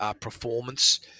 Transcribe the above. performance